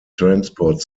transport